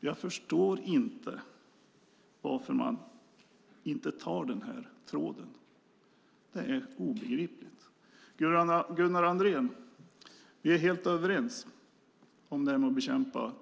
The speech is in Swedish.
Jag förstår inte varför man inte tar upp den här tråden. Det är obegripligt. Gunnar Andrén, vi är helt överens när det gäller detta att bekämpa